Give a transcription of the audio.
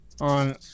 On